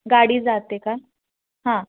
गाडी जाते का हां